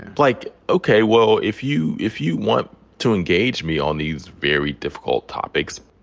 like, okay, well, if you if you want to engage me on these very difficult topics,